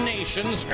Nations